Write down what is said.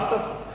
אל תחסיר אף אחד.